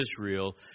Israel